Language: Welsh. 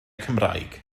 cymraeg